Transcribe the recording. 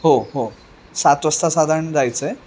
हो हो सात वाजता साधारण जायचं आहे